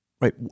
right